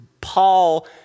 Paul